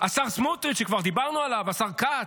השר סמוטריץ', שכבר דיברנו עליו, השר כץ: